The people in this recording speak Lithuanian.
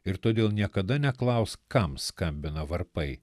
ir todėl niekada neklausk kam skambina varpai